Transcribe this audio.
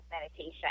meditation